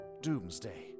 doomsday